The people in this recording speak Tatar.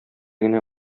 генә